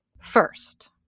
First